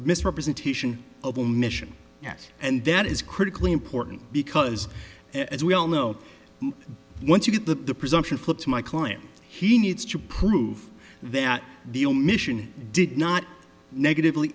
misrepresentation of omission yet and that is critically important because as we all know once you get the presumption put to my client he needs to prove that the omission did not negatively